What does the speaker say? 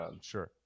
sure